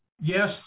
Yes